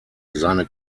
seine